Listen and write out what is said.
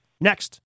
next